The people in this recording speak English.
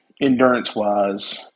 endurance-wise